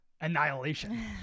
annihilation